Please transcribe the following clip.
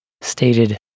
stated